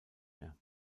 mehr